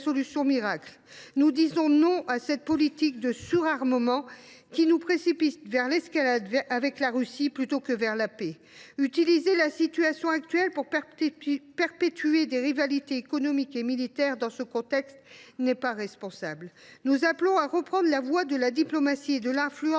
solution miracle. Nous disons non à cette politique de surarmement, qui nous précipite vers l’escalade avec la Russie plutôt que vers la paix. Utiliser la situation actuelle pour perpétuer des rivalités économiques et militaires dans ce contexte n’est pas responsable. Nous appelons à reprendre la voie de la diplomatie et à réaffirmer